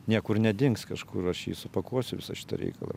niekur nedings kažkur aš jį supakuosiu visą šitą reikalą